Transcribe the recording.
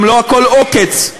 גם לא הכול עוקץ,